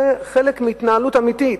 זה חלק מהתנהלות אמיתית,